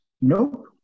nope